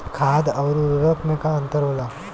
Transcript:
खाद्य आउर उर्वरक में का अंतर होला?